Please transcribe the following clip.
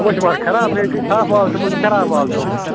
یِمو ہے چھُ مَگر خراب میٛٲنۍ کِنۍ صاف مال تھوٚومُت خراب مال تھوٚومُت